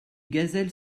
gazelles